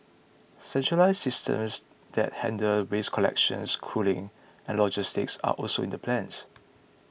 centralised systems that handle waste collection cooling and logistics are also in the plans